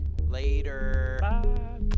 Later